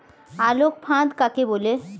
আলোক ফাঁদ কাকে বলে?